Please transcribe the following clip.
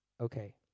Okay